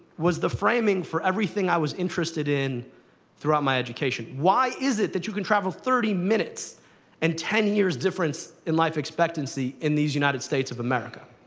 was the framing for everything i was interested in throughout my education. why is it that you can travel thirty minutes and ten years difference in life expectancy in these united states of america?